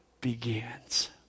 begins